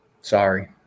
Sorry